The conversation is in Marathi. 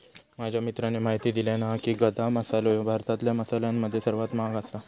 माझ्या मित्राने म्हायती दिल्यानं हा की, गदा मसालो ह्यो भारतातल्या मसाल्यांमध्ये सर्वात महाग आसा